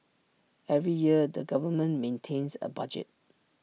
every year the government maintains A budget